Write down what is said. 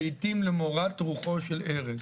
לעתים למורת רוחו של ארז.